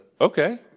Okay